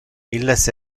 illes